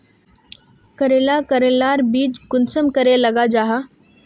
करेला करेलार बीज कुंसम करे लगा जाहा?